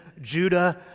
Judah